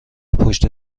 پشت